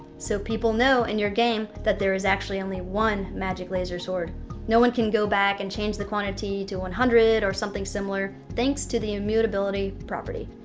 so people know in your game that there is actually only one magic laser sword no one can go back and change the quantity to one hundred or something similar thanks to the immutability property.